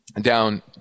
down